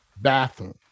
bathroom